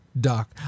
Doc